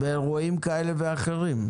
באירועים כאלה ואחרים.